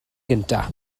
gyntaf